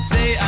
Say